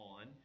on